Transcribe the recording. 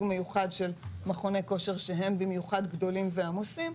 מיוחד של מכוני כושר שהם במיוחד גדולים ועמוסים,